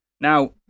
Now